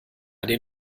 den